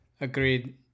Agreed